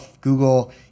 Google